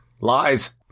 Lies